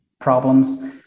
problems